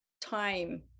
time